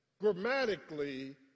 grammatically